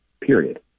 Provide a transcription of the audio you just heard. period